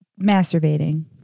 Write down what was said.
masturbating